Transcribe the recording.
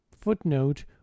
Footnote